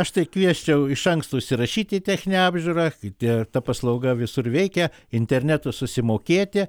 aš tai kviesčiau iš anksto užsirašyti į techninę apžiūrą kai tie ta paslauga visur veikia internetu susimokėti